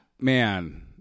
man